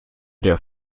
der